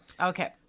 okay